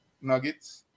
Nuggets